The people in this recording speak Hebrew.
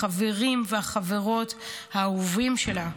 החברים והחברות האהובים שלה,